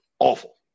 Awful